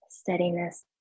steadiness